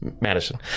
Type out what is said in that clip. Madison